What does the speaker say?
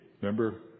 Remember